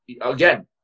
again